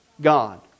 God